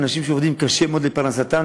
אנשים שעובדים קשה מאוד לפרנסתם,